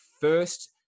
first